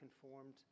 conformed